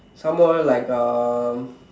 some more like um